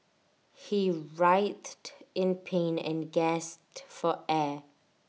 he writhed in pain and gasped for air